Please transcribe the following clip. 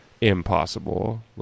impossible